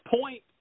Point